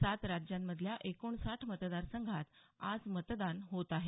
सात राज्यांमधल्या एकोणसाठ मतदारसंघात आज मतदान होत आहे